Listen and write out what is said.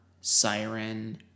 siren